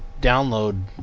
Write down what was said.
download